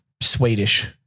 Swedish